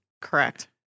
Correct